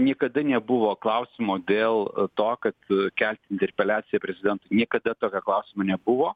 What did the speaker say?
niekada nebuvo klausimo dėl to kad kelt interpeliaciją prezidentui niekada tokio klausimo nebuvo